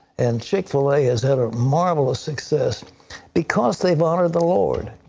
and chick-fil-a has had a marvelous success because they have honored the lord.